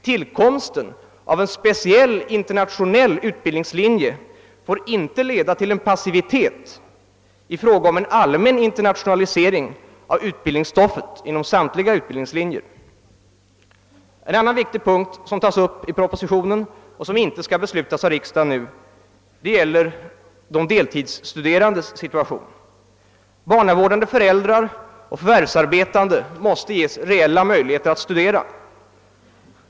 Tillkomsten av en speciell internationell utbildningslinje får inte leda till passivitet i fråga om en allmän internationalisering av utbildningsstoffet inom samtliga utbildningslinjer. En annan viktig sak som tas upp i propositionen och om vilken riksdagen inte nu skall fatta beslut gäller de deltidsstuderandes situation. Barnavårdande föräldrar och förvärvsarbetande måste ges reella möjligheter att studera.